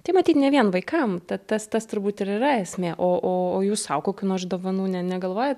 tai matyt ne vien vaikam tad tas tas turbūt ir yra esmė o o jūs sau kokių nors dovanų ne negalvojat